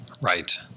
Right